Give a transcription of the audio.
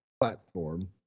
platform